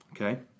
Okay